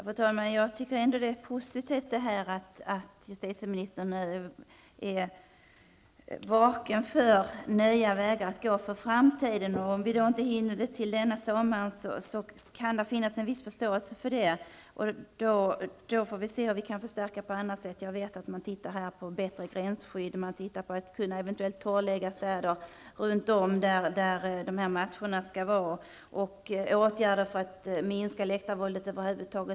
Fru talman! Det är ändå positivt att justitieministern är vaken för att gå nya vägar i framtiden. Det finns en viss förståelse för om vi inte hinner det till denna sommar. Vi får se hur vi kan förstärka på andra sätt. Jag vet att man tittar på bl.a. bättre gränsskydd, att eventuellt torrlägga städer runt om där matcherna skall spelas och åtgärder för att minska läktarvåldet över huvud taget.